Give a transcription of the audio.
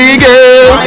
girl